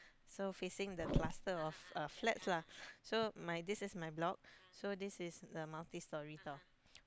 so facing the cluster of uh flats lah so my this is my block so this is the multi story tau